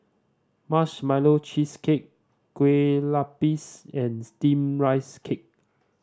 Marshmallow Cheesecake Kueh Lopes and Steamed Rice Cake